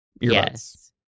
Yes